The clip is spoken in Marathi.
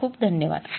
खूप खूप धन्यवाद